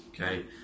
okay